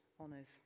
honours